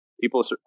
people